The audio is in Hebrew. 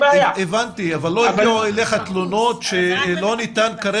אבל לא הגיעו אליך תלונות שלא ניתן כרגע?